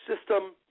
system